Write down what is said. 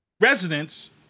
Residents